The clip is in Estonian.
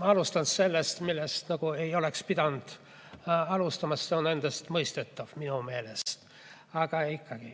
Alustan sellest, millest nagu ei oleks pidanud alustama, sest see on endastmõistetav minu meelest. Aga ikkagi.